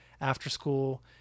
after-school